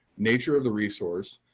nature of the resource,